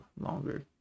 longer